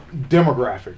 demographic